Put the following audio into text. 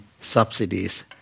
subsidies